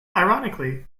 ironically